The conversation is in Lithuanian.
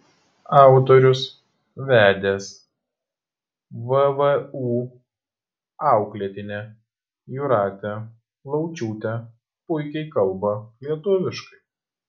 autorius vedęs vvu auklėtinę jūratę laučiūtę puikiai kalba lietuviškai